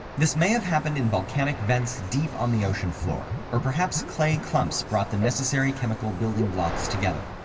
this may have happened in volcanic vents deep on the ocean floor, or perhaps clay clumps brought the necessary chemical building blocks together.